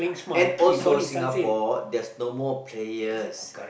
and also Singapore there's no more players